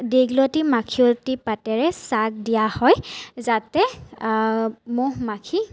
দীঘলতি মাখিয়তি পাতেৰে জাগ দিয়া হয় যাতে মহ মাখি